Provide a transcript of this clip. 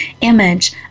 image